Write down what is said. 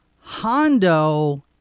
Hondo